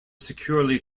securely